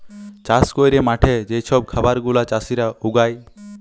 চাষ ক্যইরে মাঠে যে ছব খাবার গুলা চাষীরা উগায়